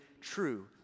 true